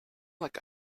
like